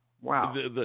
Wow